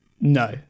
No